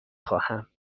خواهم